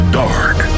dark